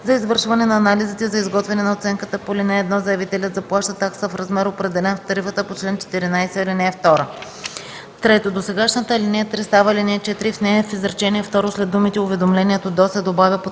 За извършване на анализите за изготвяне на оценката по ал. 1 заявителят заплаща такса в размер, определен в тарифата по чл. 14, ал. 2.” 3. Досегашната ал. 3 става ал. 4 и в нея в изречение второ след думите „уведомлението до” се добавя